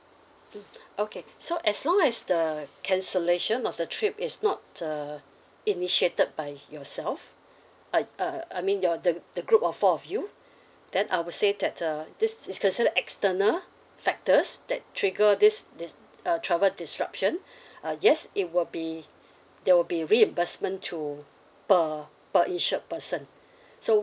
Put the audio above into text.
mm okay so as long as the cancellation of the trip is not the initiated by yourself uh uh I mean your the the group of four of you then I'll say that uh this is considered external factors that trigger this this travel disruption uh yes it will be there will be reimbursement to per per insured person so